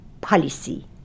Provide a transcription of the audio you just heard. policy